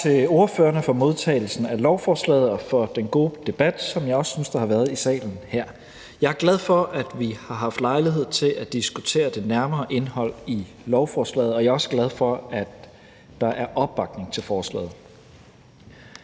Jeg er glad for, at vi har haft lejlighed til at diskutere det nærmere indhold i lovforslaget, og jeg er også glad for, at der er opbakning til forslaget.